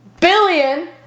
billion